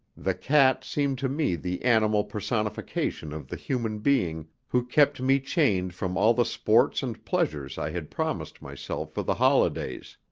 the cat seemed to me the animal personification of the human being who kept me chained from all the sports and pleasures i had promised myself for the holidays.